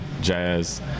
jazz